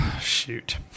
shoot